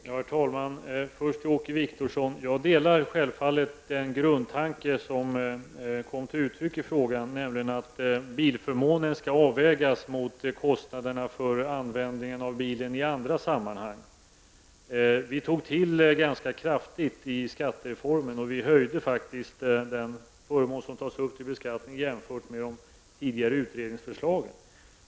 Herr talman! Först till Åke Wictorsson: Jag delar självfallet den grundtanke som kom till uttryck i frågan, nämligen att bilförmånen skall avvägas mot kostnaderna för användningen av bilen i andra sammanhang. Vi tog till ganska kraftigt i skattereformen, och i jämförelse med de tidigare utredningsförslagen höjde vi faktiskt den förmån som skall tas upp till beskattning.